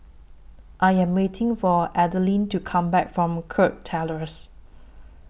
I Am waiting For Adalyn to Come Back from Kirk Terrace